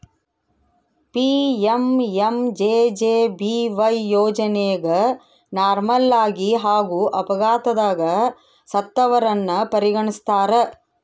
PMMJJBY ಯೋಜನೆಗ ನಾರ್ಮಲಾಗಿ ಹಾಗೂ ಅಪಘಾತದಗ ಸತ್ತವರನ್ನ ಪರಿಗಣಿಸ್ತಾರ